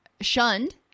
shunned